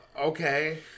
okay